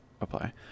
apply